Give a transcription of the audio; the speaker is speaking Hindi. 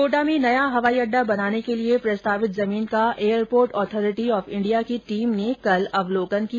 कोटा में नया हवाईअड्डा बनाने के लिये प्रस्तावित जमीन का एयरपोर्ट एथोरिटी ऑफ इंडिया की टीम ने कल अवलोकन किया